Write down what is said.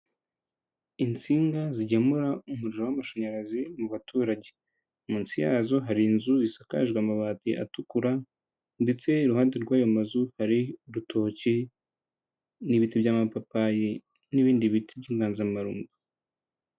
Insinga zigemura umuriro w'amashanyarazi mu baturage munsi yazo hari inzu zisakajwe amabati atukura ndetse iruhande rw'ayo mazu hari urutoki n'ibiti by'amapapayi n'ibindi biti by'inganzamarumbo.